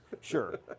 sure